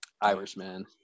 Irishman